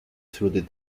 through